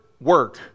work